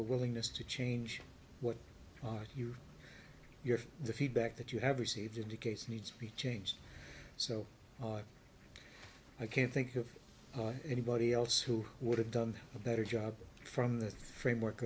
a willingness to change what you hear from the feedback that you have received indicates needs to be changed so i can't think of anybody else who would have done a better job from the framework